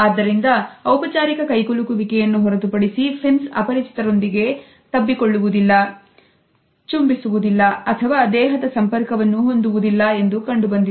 ಆದ್ದರಿಂದ ಔಪಚಾರಿಕಕೈಕುಲುಕುವಿಕೆಯನ್ನುಹೊರತುಪಡಿಸಿ ಫಿನ್ಸ್ ಅಪರಿಚಿತರೊಂದಿಗೆತಬ್ಬಿ ಕೊಳ್ಳುವುದಿಲ್ಲ ತುಂಬಿಸುವುದಿಲ್ಲ ಅಥವಾ ದೇಹದ ಸಂಪರ್ಕವನ್ನು ಹೊಂದುವುದಿಲ್ಲ ಎಂದು ಕಂಡುಬಂದಿದೆ